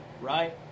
right